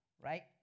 right